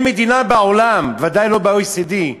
אין מדינה בעולם, ודאי לא ב-OECD,